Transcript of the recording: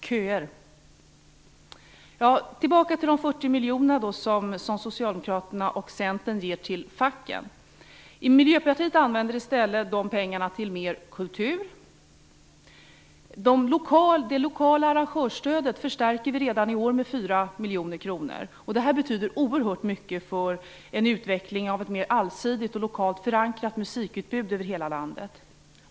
Så tillbaka till de 40 miljoner som Socialdemokraterna och Centern ger till facken. Miljöpartiet vill i stället använda de pengarna till mer kultur. Det lokala arrangörsstödet förstärker vi redan i år med 4 miljoner kronor. Detta betyder oerhört mycket för en utveckling av ett mer allsidigt och lokalt förankrat musikutbud över hela landet.